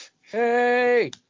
hey